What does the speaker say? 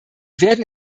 werden